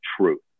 truth